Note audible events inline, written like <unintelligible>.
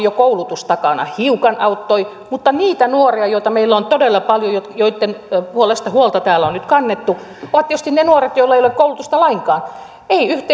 <unintelligible> jo koulutus takana hiukan auttoi mutta niitä nuoria joita meillä on todella paljon ja joitten puolesta huolta täällä on nyt kannettu ovat tietysti ne nuoret joilla ei ole koulutusta lainkaan eivät